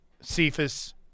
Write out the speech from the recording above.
Cephas